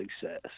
success